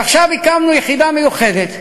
עכשיו הקמנו יחידה מיוחדת,